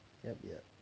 yup yup